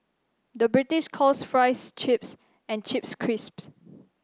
the British calls fries chips and chips crisps